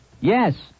Yes